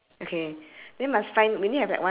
you think the house is different do you have flowers beside